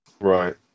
Right